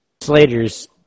Slater's